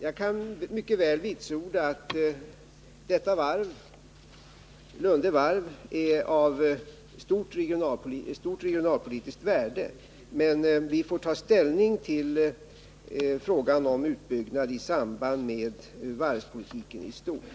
Jag kan mycket väl vitsorda att Lunde Varv är av stort regionalpolitiskt värde, men vi får ta ställning till frågan om utbyggnad i samband med varvspolitiken i stort.